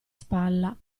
spalla